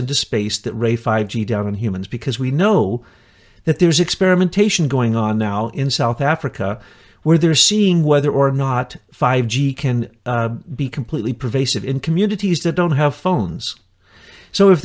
into space that rate five g down in humans because we know that there's experimentation going on now in south africa where they're seeing whether or not five g can be completely pervasive in communities that don't have phones so if